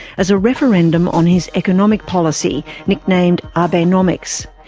as a referendum on his economic policy, nicknamed abenomics.